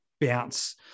bounce